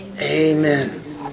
Amen